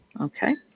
okay